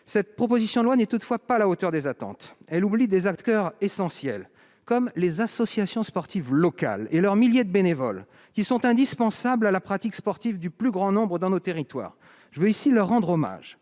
ce texte n'est pas à la hauteur des attentes. Il oublie des acteurs essentiels, comme les associations sportives locales et leurs milliers de bénévoles, qui sont indispensables à la pratique sportive du plus grand nombre dans nos territoires. Je veux ici leur rendre hommage.